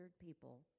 people